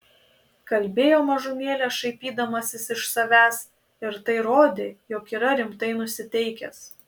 kalbėjo mažumėlę šaipydamasis iš savęs ir tai rodė jog yra rimtai nusiteikęs